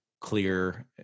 clear